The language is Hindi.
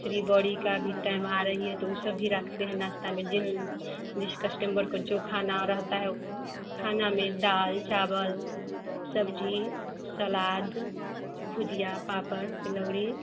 कचोरी बड़ी का भी टइम आ रहा है तो वह सब भी रखते हैं नाश्ता में जो हम लोगों को कुछ जिस कस्टम्बर को जो खाना रहता है खाने में दाल चावल सब्ज़ी सलाद भुजिया पापड़ तिलौरी